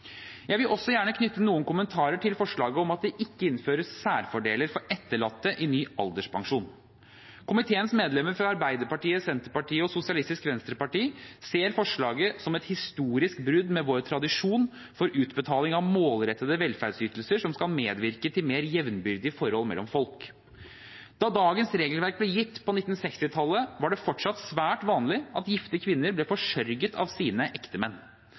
Jeg vil også gjerne knytte noen kommentarer til forslaget om at det ikke innføres særfordeler for etterlatte i ny alderspensjon. Komiteens medlemmer fra Arbeiderpartiet, Senterpartiet og Sosialistisk Venstreparti ser forslaget som et historisk brudd med vår tradisjon for utbetaling av målrettede velferdsytelser som skal medvirke til mer jevnbyrdige forhold mellom folk. Da dagens regelverk ble gitt på 1960-tallet, var det fortsatt svært vanlig at gifte kvinner ble forsørget av sine ektemenn.